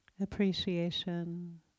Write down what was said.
appreciation